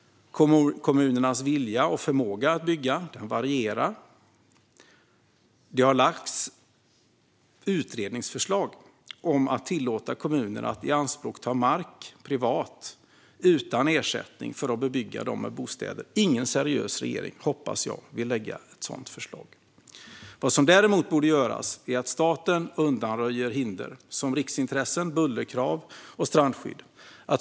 Kommunernas vilja och förmåga att bygga varierar. Det har lagts fram utredningsförslag om att tillåta kommuner att ta privat mark i anspråk, utan ersättning, för att bebygga den med bostäder. Ingen seriös regering, hoppas jag, vill lägga fram ett sådant förslag. Däremot borde staten undanröja hinder som riksintressen, bullerkrav och strandskydd.